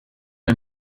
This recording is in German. ein